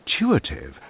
intuitive